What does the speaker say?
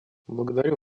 благодарю